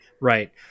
Right